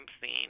scene